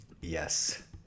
Yes